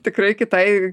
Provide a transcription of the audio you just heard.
tikrai kitai